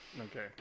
Okay